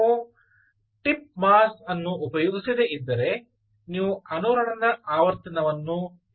ನೀವು tip mass ಅನ್ನು ಉಪಯೋಗಿಸದೆ ಇದ್ದರೆ ನೀವು ಅನುರಣನ ಆವರ್ತನವನ್ನು ಹೆಚ್ಚಿಸುತ್ತೀರಿ